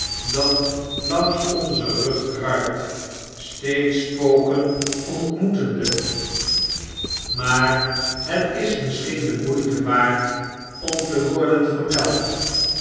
dat langs onzen rug kruipt steeds spoken ontmoetende maar het is misschien de moeite waard om te worden vermeld